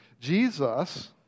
Jesus